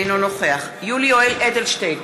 אינו נוכח יולי יואל אדלשטיין,